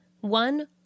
One